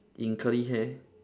in curly hair